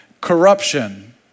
corruption